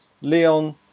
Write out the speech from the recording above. Leon